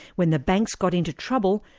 when the banks got into trouble,